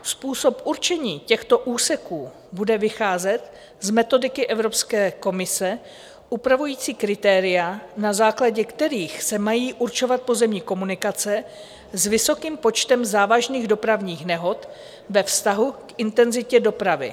Způsob určení těchto úseků bude vycházet z metodiky Evropské komise upravující kritéria, na základě kterých se mají určovat pozemní komunikace s vysokým počtem závažných dopravních nehod ve vztahu k intenzitě dopravy.